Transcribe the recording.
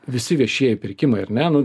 visi viešieji pirkimai ar ne nu